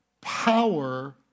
power